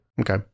Okay